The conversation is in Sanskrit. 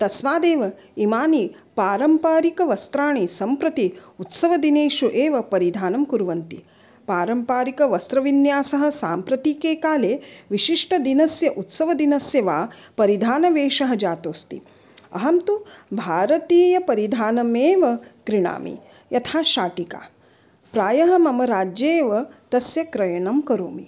तस्मादेव इमानि पारम्परिकवस्त्राणि सम्प्रति उत्सवदिनेषु एव परिधानं कुर्वन्ति पारम्परिकवस्त्रविन्यासः साम्प्रतिके काले विशिष्टदिनस्य उत्सवदिनस्य वा परिधानवेषः जातोस्ति अहं तु भारतीयपरिधानमेव क्रीणामि यथा शाटिका प्रायः मम राज्ये एव तस्य क्रयणं करोमि